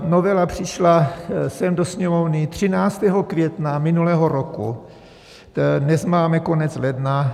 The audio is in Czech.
Novela přišla sem do Sněmovny 13. května minulého roku, dnes máme konec ledna.